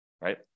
right